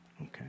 Okay